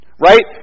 Right